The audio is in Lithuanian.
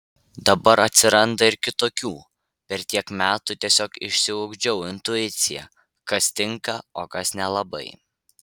dabar atsiranda ir kitokių per tiek metų tiesiog išsiugdžiau intuiciją kas tinka o kas nelabai